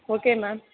okay ma'am